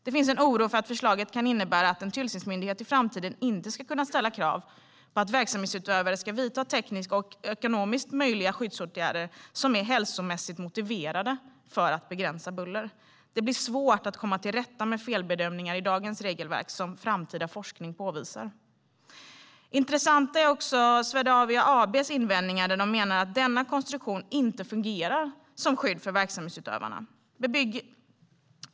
Det finns en oro för att förslaget kan innebära att en tillsynsmyndighet i framtiden inte ska kunna ställa krav på att verksamhetsutövare ska vidta tekniskt och ekonomiskt möjliga skyddsåtgärder som är hälsomässigt motiverade för att begränsa buller. Det blir svårt att komma till rätta med felbedömningar med dagens regelverk som framtida forskning påvisar. Intressanta är också Swedavia AB:s invändningar. De menar att denna konstruktion inte fungerar som skydd för verksamhetsutövarna.